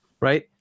right